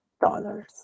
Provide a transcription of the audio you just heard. dollars